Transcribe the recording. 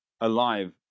alive